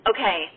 Okay